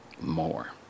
more